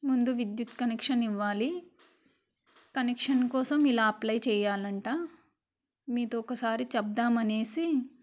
ముందు విద్యుత్ కనెక్షన్ ఇవ్వాలి కనెక్షన్ కోసం ఇలా అప్లై చెయ్యాలంటా మీతో ఒకసారి చెబ్దామనేసి